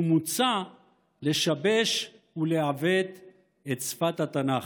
ומוצע לשבש ולעוות את שפת התנ"ך.